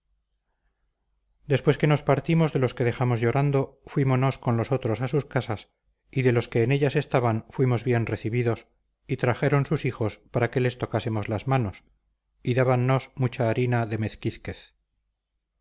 después que nos partimos de los que dejamos llorando fuímonos con los otros a sus casas y de los que en ellas estaban fuimos bien recibidos y trajeron sus hijos para que les tocásemos las manos y dábannos mucha harina de